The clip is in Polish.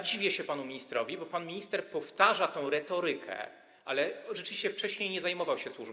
Dziwię się panu ministrowi, bo pan minister powtarza tę retorykę, ale rzeczywiście wcześniej nie zajmował się służbami.